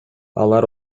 алар